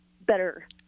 better